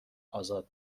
آزاد